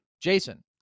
Jason